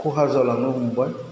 खहा जालांनो हमबाय